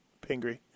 Pingree